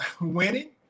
winning